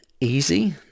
easy